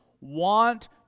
want